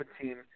team